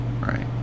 right